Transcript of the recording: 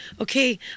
okay